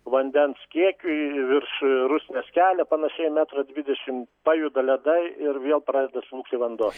vandens kiekiui virš rusnės kelio panašiai metro dvidešimt pajuda ledai ir vėl pradeda slūgti vanduo